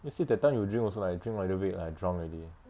you see that time you drink also like you drink a little bit like drunk already